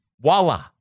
voila